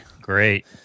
Great